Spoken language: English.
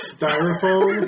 Styrofoam